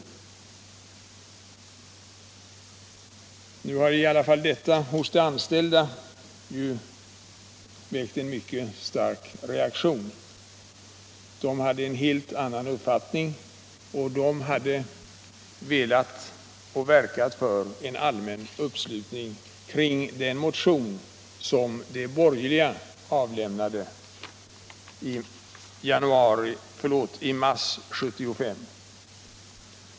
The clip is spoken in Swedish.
Detta har helt naturligt hos de anställda väckt en mycket stark reaktion. De hade en helt annan uppfattning. De hade verkat för en allmän uppslutning kring den motion som de borgerliga avlämnade i mars 1975.